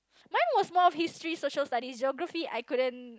mine was more of history social studies geography I couldn't